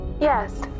Yes